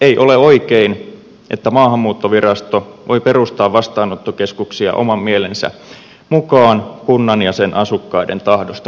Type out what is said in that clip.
ei ole oikein että maahanmuuttovirasto voi perustaa vastaanottokeskuksia oman mielensä mukaan kunnan ja sen asukkaiden tahdosta riippumatta